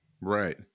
Right